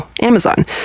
Amazon